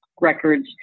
records